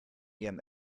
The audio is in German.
ihrem